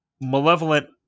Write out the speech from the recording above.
Malevolent